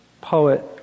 poet